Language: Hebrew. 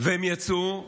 הם יצאו היום,